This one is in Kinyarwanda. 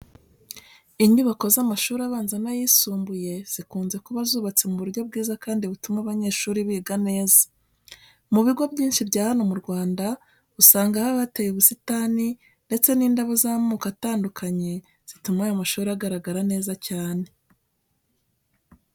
Inyubako z'amashuri abanza n'ayisumbuye zikunze kuba zubatse mu buryo bwiza kandi butuma abanyeshuri biga neza. Mu bigo byinshi bya hano mu Rwanda usanga haba hateye ubusitani ndetse n'indabo z'amoko atandukanye zituma ayo mashuri agaragara neza cyane.